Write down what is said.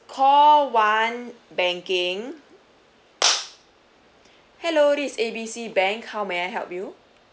call one banking hello this is A B C bank how may I help you